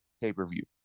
pay-per-view